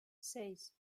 seis